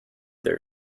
their